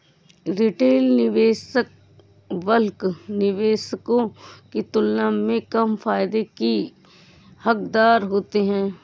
retail निवेशक bulk निवेशकों की तुलना में कम फायदे के हक़दार होते हैं